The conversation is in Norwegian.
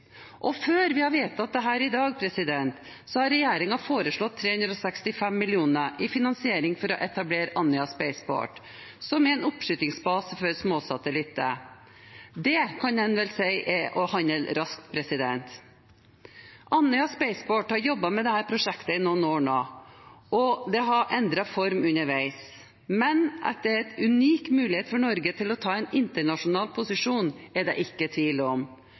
Før vi har vedtatt dette i dag, har regjeringen foreslått 365 mill. kr i finansiering for å etablere Andøya Spaceport, som er en oppskytningsbase for småsatellitter. Det kan en vel si er å handle raskt. Andøya Spaceport har jobbet med dette prosjektet i noen år nå, og det har endret form underveis, men at dette er en unik mulighet for Norge til å ta en internasjonal posisjon, er det ikke tvil om.